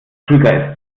krüger